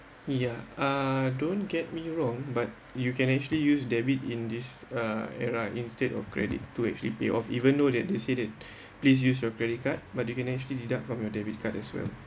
ya uh don't get me wrong but you can actually use debit in this uh era instead of credit to actually pay off even though that they said that please use your credit card but you can actually deduct from your debit card as well